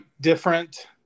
different